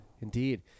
indeed